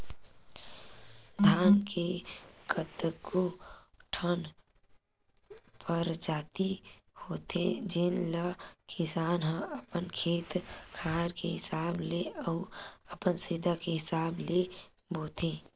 धान के कतको ठन परजाति होथे जेन ल किसान ह अपन खेत खार के हिसाब ले अउ अपन सुबिधा के हिसाब ले बोथे